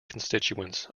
constituents